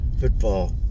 football